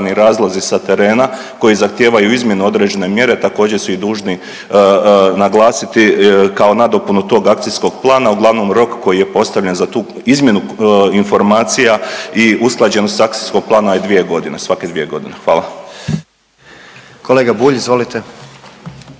razlozi sa terena koji zahtijevaju izmjenu određene mjere također su ih dužni naglasiti kao nadopunu tog akcijskog plana. Uglavnom rok koji je postavljen za tu izmjenu informacija i usklađenost akcijskog plana je 2.g., svake 2.g., hvala. **Jandroković, Gordan (HDZ)** Kolega Bulj izvolite.